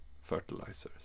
Fertilizers